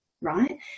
right